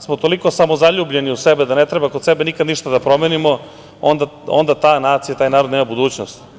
smo toliko smozaljubljeni u sebe da ne treba kod sebe nikada ništa da promenimo, onda ta nacija, taj narod nema budućnost.